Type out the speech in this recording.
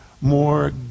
more